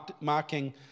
marking